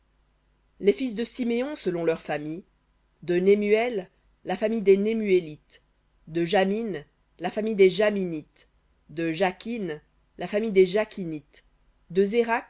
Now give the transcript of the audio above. les fils de siméon selon leurs familles de nemuel la famille des nemuélites de jamin la famille des jaminites de jakin la famille des jakinites de